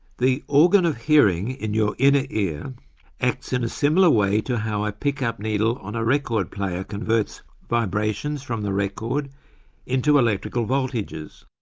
the organ of hearing in your inner ear acts in a similar way to how a pick-up needle on a record player converts vibrations from the record into electrical voltages.